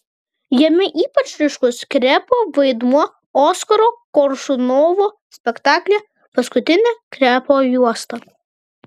jame ypač ryškus krepo vaidmuo oskaro koršunovo spektaklyje paskutinė krepo juosta